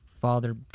Father